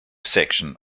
section